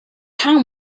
how